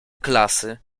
klasy